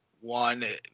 one